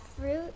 fruit